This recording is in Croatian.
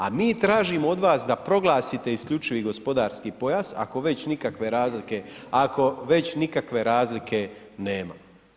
A mi tražimo od vas da proglasite isključivi gospodarski pojas ako već nikakve razlike, ako već nikakve razlike nema.